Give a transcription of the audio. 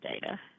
data